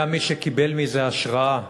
היה מי שקיבל מזה השראה: